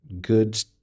good